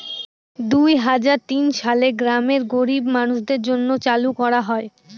দুই হাজার তিন সালে গ্রামের গরীব মানুষদের জন্য চালু করা হয়